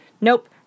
Nope